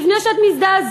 לפני שאת מזדעזעת.